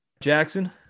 Jackson